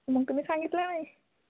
मग तुम्ही सांगितलं नाही